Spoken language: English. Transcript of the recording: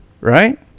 Right